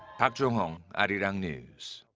park jong-hong, arirang news.